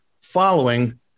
following